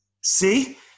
see